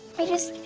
i just,